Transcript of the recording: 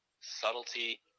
Subtlety